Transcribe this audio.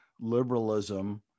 liberalism